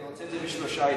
אני רוצה את זה בשלושה העתקים: